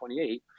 28